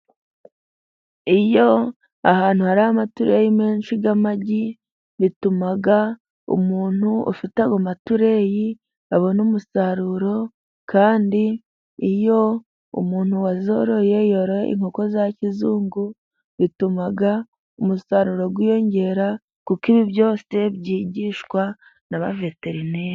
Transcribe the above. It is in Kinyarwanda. Iyo ahantu hari amatureyi menshi y'amagi, bituma umuntu ufite amatureyi abona umusaruro kandi iyo umuntu wazoroye yoroye inkoko za kizungu, bituma umusaruro wiyongera kuko ibi byose byigishwa na veterineri.